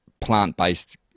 plant-based